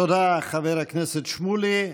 תודה, חבר הכנסת שמולי.